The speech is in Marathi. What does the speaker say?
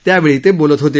त्यावेळी ते बोलत होते